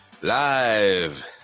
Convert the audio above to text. live